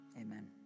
Amen